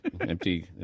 empty